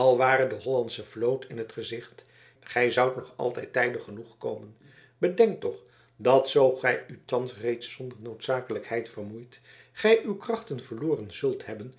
al ware de hollandsche vloot in het gezicht gij zoudt nog altijd tijdig genoeg komen bedenk toch dat zoo gij u thans reeds zonder noodzakelijkheid vermoeit gij uw krachten verloren zult hebben